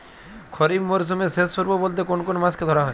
খরিপ মরসুমের শেষ পর্ব বলতে কোন কোন মাস কে ধরা হয়?